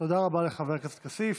תודה רבה לחבר הכנסת כסיף.